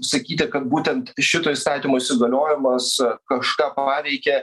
sakyti kad būtent šito įstatymo įsigaliojimas kažką paveikė